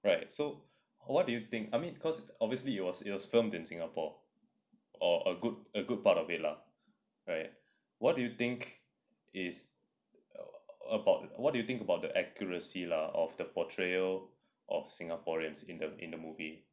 right so what do you think I mean cause obviously it was it was filmed in singapore or a good a good part of it lah right what do you think is about what do you think about the accuracy lah of the portrayal of singaporeans in the in the movie